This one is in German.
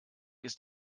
ist